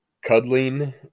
Cuddling